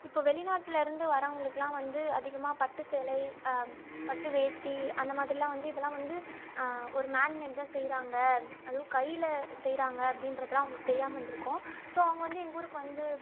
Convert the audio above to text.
இப்போ வெளிநாட்டுலருந்து வர்றவங்களுக்கெல்லாம் வந்து அதிகமாக பட்டு சேலை பட்டு வேஷ்டி அந்த மாதிரிலாம் வந்து இதலாம் வந்து ஒரு மேன் மேட் தான் செய்கிறாங்க அதுவும் கையில் செய்கிறாங்க அப்படின்றதுலாம் அவங்களுக்கு தெரியாமல் இருந்திருக்கும் ஸோ அவங்க வந்து எங்கள் ஊருக்கு வந்து